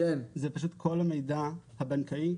זה פשוט כל המידע הבנקאי,